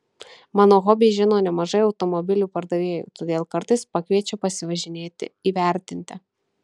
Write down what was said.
mano hobį žino nemažai automobilių pardavėjų todėl kartais pakviečia pasivažinėti įvertinti